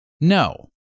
No